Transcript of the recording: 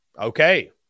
Okay